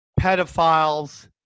pedophiles